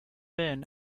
been